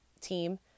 team